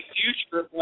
future